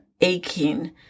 aching